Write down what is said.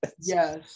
Yes